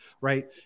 right